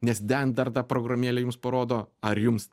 nes ten dar ta programėlė jums parodo ar jums